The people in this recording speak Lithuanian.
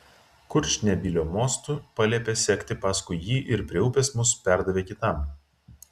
kurčnebylio mostu paliepė sekti paskui jį ir prie upės mus perdavė kitam